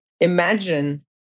Imagine